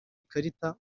ikarita